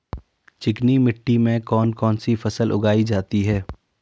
चिकनी मिट्टी में कौन कौन सी फसल उगाई जाती है?